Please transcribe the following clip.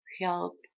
help